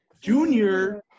Junior